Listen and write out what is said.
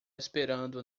esperando